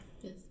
yes